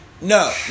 No